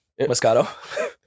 Moscato